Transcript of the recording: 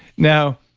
now,